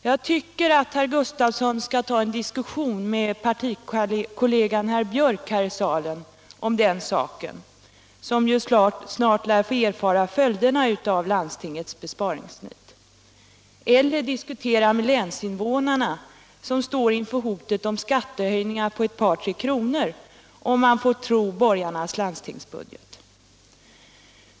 Jag tycker att herr Gustavsson skall ta en diskussion om den saken med kollegan herr Biörck i Värmdö, som snart lär få erfara följderna av landstingets besparingsnit, eller diskutera med länsinvånarna, som står inför hotet om skattehöjningar på mellan 2 och 3 kr., om man får tro på borgarnas landstingsbudget.